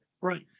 Right